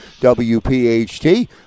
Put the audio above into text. WPHT